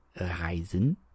Reisen